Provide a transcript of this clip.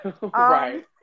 right